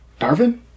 Darvin